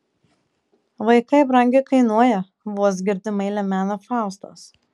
vaikai brangiai kainuoja vos girdimai lemena faustas